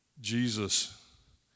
Jesus